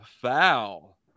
foul